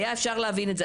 אז אפשר היה להבין את זה.